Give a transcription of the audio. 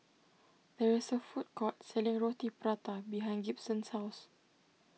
there is a food court selling Roti Prata behind Gibson's house